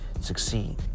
succeed